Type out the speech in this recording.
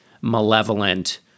malevolent